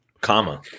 comma